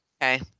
okay